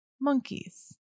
monkeys